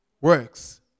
works